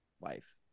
life